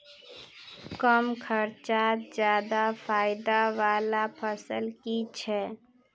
कम खर्चोत ज्यादा फायदा वाला फसल की छे?